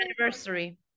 anniversary